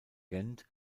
gent